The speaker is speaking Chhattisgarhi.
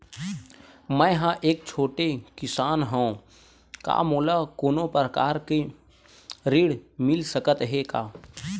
मै ह एक छोटे किसान हंव का मोला कोनो प्रकार के ऋण मिल सकत हे का?